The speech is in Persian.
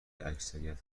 اکثریت